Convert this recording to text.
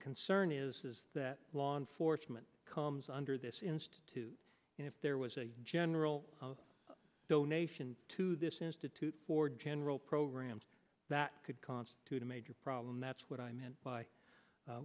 concern is that law enforcement comes under this institute and if there was a general donation to this institute for general programs that could constitute a major problem that's what i meant by